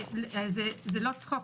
זה לא צחוק.